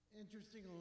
Interesting